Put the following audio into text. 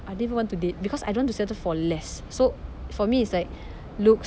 I didn't even want to date because I don't want to settle for less so for me it's like looks